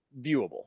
viewable